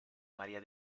maria